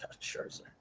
Scherzer